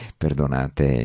perdonate